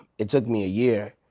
it took me a year,